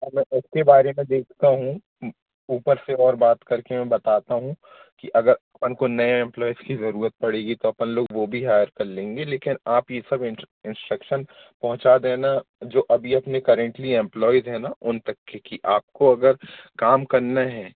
हाँ मैं उसके बारे में देखता हूँ ऊपर से और बात करके मैं बताता हूँ कि अगर अपन को नए एम्प्लॉइज़ की ज़रूरत पड़ेगी तो अपन लाेग वो भी हायर कर लेंगे लेकिन आप ये सब इंस्ट्रक्शन पहुँचा देना जो अभी अपने करेंटली एम्प्लॉइज़ हैं ना उन तक क्योंकि आपको अगर काम करना है